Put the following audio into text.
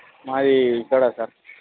మాది విజయవాడ సార్